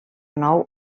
nou